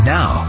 Now